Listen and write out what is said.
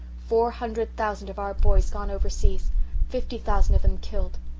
four hundred thousand of our boys gone overseas fifty thousand of them killed.